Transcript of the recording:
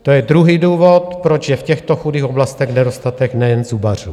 To je druhý důvod, proč je v těchto chudých oblastech nedostatek nejen zubařů.